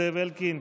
זאב אלקין,